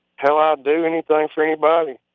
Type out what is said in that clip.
hell, i'd do anything for anybody.